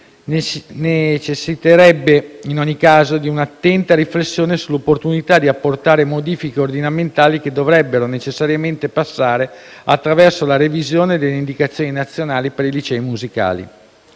necessiterebbe, in ogni caso, di un'attenta riflessione sull'opportunità di apportare modifiche ordinamentali che dovrebbero necessariamente passare attraverso la revisione delle indicazioni nazionali per i licei musicali.